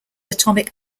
atomic